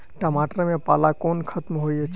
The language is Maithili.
टमाटर मे पाला कोना खत्म होइ छै?